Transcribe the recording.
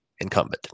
incumbent